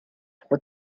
route